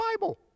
Bible